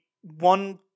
one